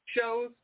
shows